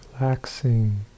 relaxing